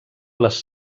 les